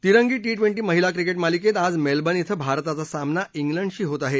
तिरंगी T twenty महिला cricket मालिकेत आज मेलबर्न इथं भारताचा सामना इंग्लंडशी होत आहे